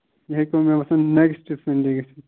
یہِ ہٮ۪کہِ مےٚ باسان نیکٕسٹ سَنڈے گٔژھِتھ